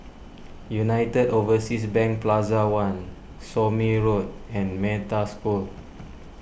United Overseas Bank Plaza one Somme Road and Metta School